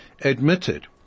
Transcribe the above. admitted